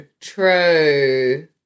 True